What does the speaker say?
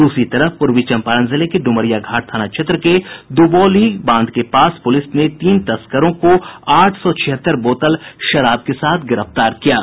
दूसरी तरफ पूर्वी चम्पारण जिले के डुमरिया घाट थाना क्षेत्र के दुबोली बांध के पास पुलिस ने तीन तस्करों को आठ सौ छिहत्तर बोतल शराब के साथ गिरफ्तार किया है